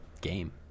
game